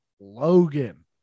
Logan